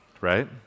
right